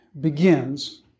begins